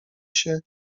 się